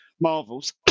marvels